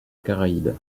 caraïbe